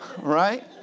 Right